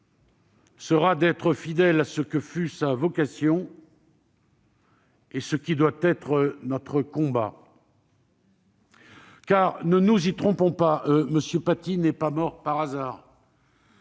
sera d'être fidèle à ce que fut sa vocation et à ce qui doit être notre combat. Car, ne nous y trompons pas, M. Paty n'est pas mort par hasard